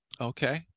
Okay